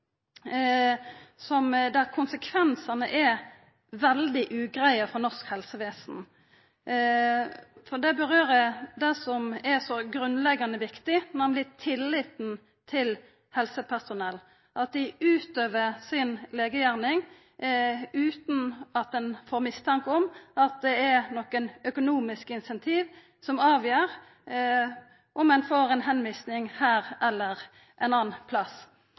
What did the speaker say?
er så grunnleggjande viktig, nemleg tilliten til at helsepersonell utøver legegjerninga si utan at ein får mistanke om at det er økonomiske incentiv som avgjer om ein får ei tilvising her eller ein annan plass.